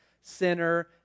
sinner